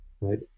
right